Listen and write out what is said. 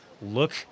Look